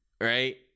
Right